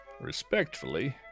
respectfully